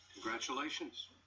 congratulations